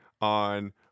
on